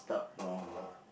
wrong lah